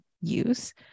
use